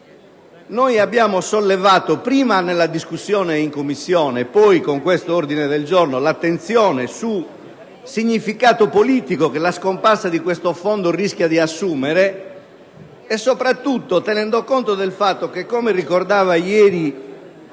Abbiamo sollevato, prima in sede di discussione in Commissione poi con quest'ordine del giorno, l'attenzione sul significato politico che la scomparsa di questo Fondo rischia di assumere, soprattutto tenendo conto del fatto che, come ricordato ieri